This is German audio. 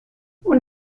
und